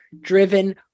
driven